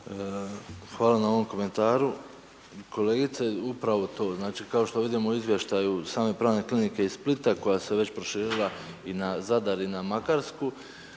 Hvala na ovom komentaru. Kolegice upravo to, znači kao što vidimo u izvještaju same pravne klinike iz Splita koja se već proširila i na Zadar i na Makarsku